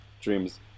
dreams